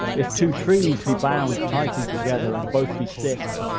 if two trees be bound tightly together, and both be stiff,